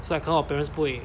so I 看到我 parents 不会